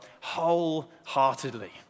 wholeheartedly